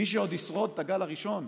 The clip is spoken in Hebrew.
מי שעוד ישרוד את הגל הראשון,